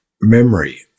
memory